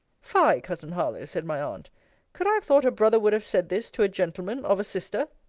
fie, cousin harlowe! said my aunt could i have thought a brother would have said this, to a gentleman, of a sister?